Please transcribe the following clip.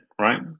right